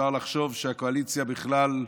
אפשר לחשוב שהקואליציה בכלל,